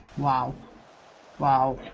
while while